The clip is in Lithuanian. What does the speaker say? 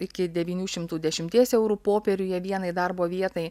iki devynių šimtų dešimties eurų popieriuje vienai darbo vietai